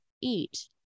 eat